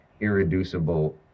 irreducible